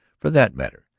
for that matter,